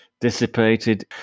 dissipated